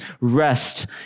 Rest